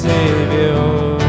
Savior